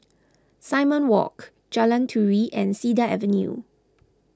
Simon Walk Jalan Turi and Cedar Avenue